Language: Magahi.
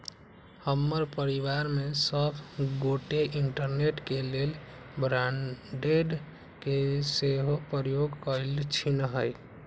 हमर परिवार में सभ गोटे इंटरनेट के लेल ब्रॉडबैंड के सेहो प्रयोग करइ छिन्ह